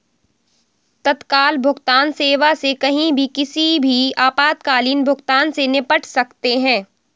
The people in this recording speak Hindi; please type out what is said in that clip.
तत्काल भुगतान सेवा से कहीं भी किसी भी आपातकालीन भुगतान से निपट सकते है